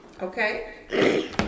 Okay